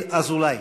חבר הכנסת אזולאי